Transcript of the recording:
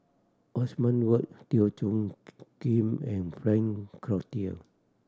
Othman Wok Teo Soon Kim and Frank Cloutier